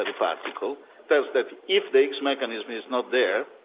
and particle, tells that if the higgs mechanism is not there,